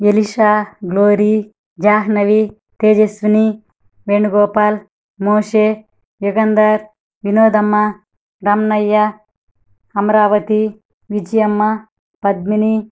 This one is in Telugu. Elisha Glory Jahnavi Tejaswini Venugopal Moshe Yugandhar Vinodamma Ramanaiah Amaravati Vijayamma Padmini